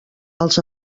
els